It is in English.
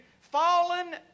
fallen